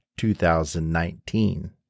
2019